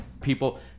people